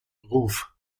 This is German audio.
ruf